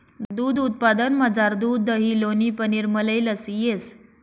दूध उत्पादनमझार दूध दही लोणी पनीर मलई लस्सी येस